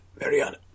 Mariana